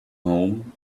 home